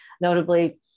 notably